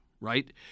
right